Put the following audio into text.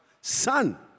son